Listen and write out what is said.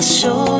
show